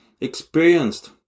experienced